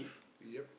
yup